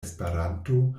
esperanto